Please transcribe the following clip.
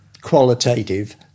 qualitative